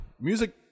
Music